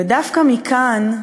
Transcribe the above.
ודווקא מכאן,